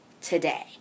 today